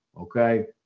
okay